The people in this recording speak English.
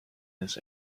this